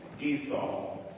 Esau